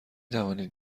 توانید